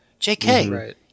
JK